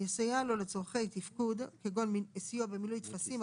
יסייע לו לצרכי תפקוד כגון סיוע במילוי טפסים,